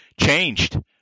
changed